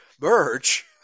merge